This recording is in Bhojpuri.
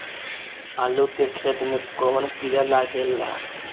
आलू के खेत मे कौन किड़ा लागे ला?